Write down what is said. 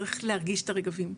צריך להרגיש את הרגבים,